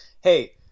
hey